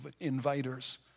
inviters